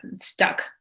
stuck